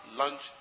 lunch